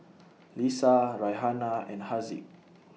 Lisa Raihana and Haziq